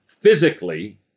physically